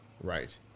Right